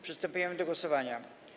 Przystępujemy do głosowania.